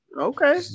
Okay